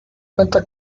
cuenta